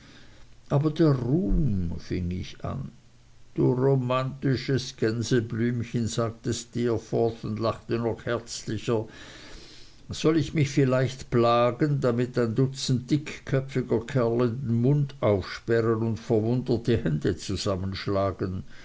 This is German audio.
aber der ruhm fing ich an du romantisches gänseblümchen sagte steerforth und lachte noch herzlicher soll ich mich vielleicht plagen damit ein dutzend dickköpfiger kerle den mund aufsperren und verwundert die hände zusammenschlagen